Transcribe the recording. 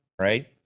right